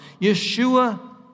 Yeshua